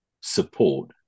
support